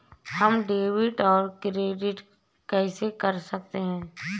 हम डेबिटऔर क्रेडिट कैसे कर सकते हैं?